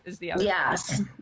Yes